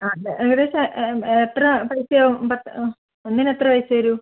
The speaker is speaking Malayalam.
ആ അത് ഏകദേശം എത്ര പൈസയാകും പത്ത് ഒന്നിനെത്ര പൈസ വരും